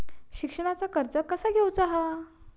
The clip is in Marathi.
शिक्षणाचा कर्ज कसा घेऊचा हा?